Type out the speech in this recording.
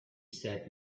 sat